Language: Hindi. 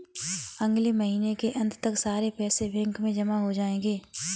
अगले महीने के अंत तक सारे पैसे बैंक में जमा हो जायेंगे